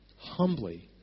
humbly